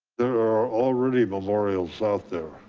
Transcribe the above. there are already memorials out there.